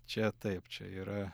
čia taip čia yra